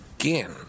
again